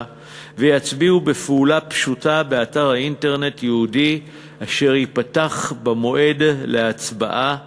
ויצביעו בפעולה פשוטה באתר אינטרנט ייעודי אשר ייפתח במועד להצבעה